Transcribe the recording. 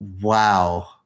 wow